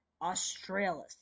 Australis